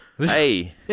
Hey